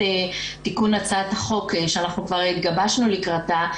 תיקון הצעת החוק שאנחנו כבר התגבשנו לקראתה,